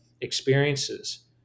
experiences